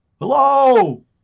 hello